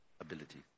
ability